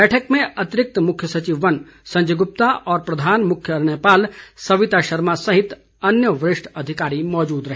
बैठक में अतिरिक्त मुख्य सचिव वन संजय गुप्ता और प्रधान मुख्य अरण्यपाल सविता शर्मा सहित अन्य वरिष्ठ अधिकारी मौजूद रहे